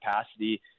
capacity